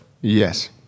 Yes